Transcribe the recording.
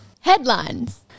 Headlines